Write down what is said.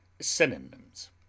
Synonyms